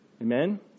Amen